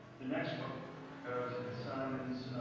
the next question goes to miss simonds.